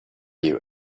you